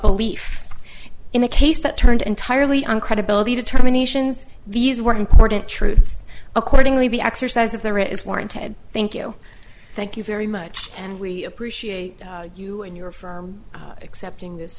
belief in a case that turned entirely on credibility determinations these were important truths accordingly the exercise of their is warranted thank you thank you very much and we appreciate you in your for accepting this